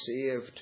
saved